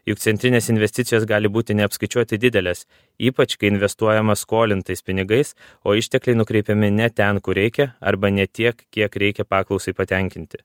juk centrinės investicijos gali būti neapskaičiuotai didelės ypač kai investuojama skolintais pinigais o ištekliai nukreipiami ne ten kur reikia arba ne tiek kiek reikia paklausai patenkinti